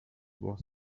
was